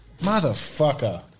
Motherfucker